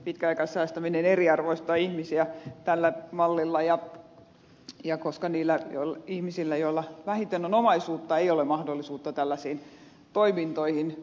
pitkäaikaissäästäminen eriarvoistaa ihmisiä tällä mallilla koska niillä ihmisillä joilla vähiten on omaisuutta ei ole mahdollisuutta tällaisiin toimintoihin